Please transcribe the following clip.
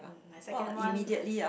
my second one